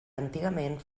antigament